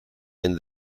and